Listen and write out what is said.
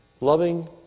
loving